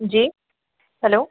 जी hello